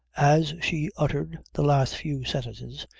as she uttered the last few sentences,